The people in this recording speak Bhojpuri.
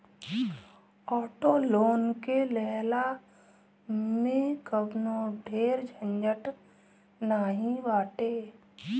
ऑटो लोन के लेहला में कवनो ढेर झंझट नाइ बाटे